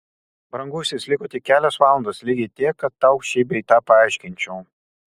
brangusis liko tik kelios valandos lygiai tiek kad tau šį bei tą paaiškinčiau